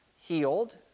healed